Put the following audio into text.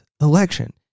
election